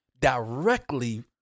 directly